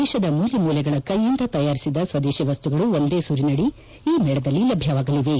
ದೇಶದ ಮೂಲೆಮೂಲೆಗಳ ಕೈಯಿಂದ ತಯಾರಿಸಿದ ಸ್ವದೇಶಿ ವಸ್ತುಗಳು ಒಂದೇ ಸೂರಿನಡಿ ಈ ಮೇಳದಲ್ಲಿ ಲಭ್ಯವಾಗಲಿವೆ